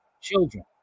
children